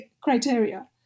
criteria